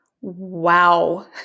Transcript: wow